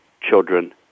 children